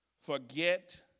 forget